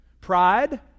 Pride